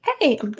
Hey